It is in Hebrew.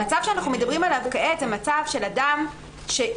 המצב שאנחנו מדברים עליו כעת הוא מצב של אדם שאי-אפשר